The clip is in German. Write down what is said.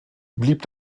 blieb